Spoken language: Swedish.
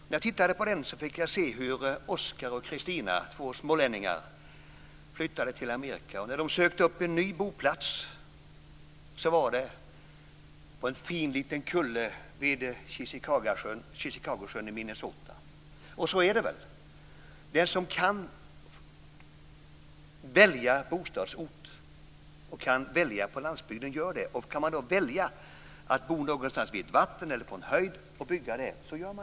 När jag tittade på den fick jag se hur smålänningarna Oskar och Kristina flyttade till Amerika. När de sökte upp en ny boplats valde de en fin liten kulle vid Chisicagosjön i Så är det väl också. Den som kan välja bostadsort på landsbygden gör det. Kan man välja att bo på en höjd vid vatten gör man det.